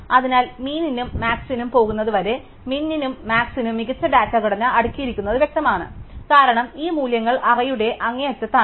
അതിനാൽ മീനിനും മാക്സിനും പോകുന്നതുവരെ മീനിനും മാക്സിനും മികച്ച ഡാറ്റാ ഘടന അടുക്കിയിരിക്കുന്നത് വ്യക്തമാണ് കാരണം ഈ മൂല്യങ്ങൾ അറേയുടെ അങ്ങേയറ്റത്താണ്